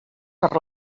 per